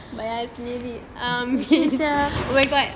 oh my god